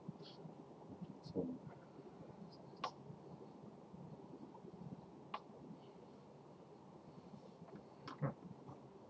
so